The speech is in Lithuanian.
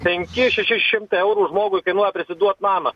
penki šeši šimtai eurų žmogui kainuoja prisiduot namą